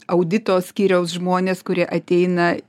audito skyriaus žmonės kurie ateina